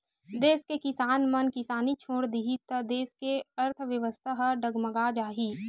देस के किसान मन किसानी छोड़ देही त देस के अर्थबेवस्था ह डगमगा जाही